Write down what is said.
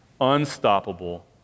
unstoppable